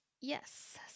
Yes